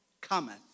cometh